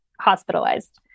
hospitalized